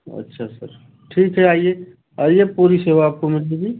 अच्छा सर ठीक है आइए आइए पूरी सेवा आपको मिलेगी